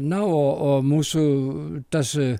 na o o mūsų tas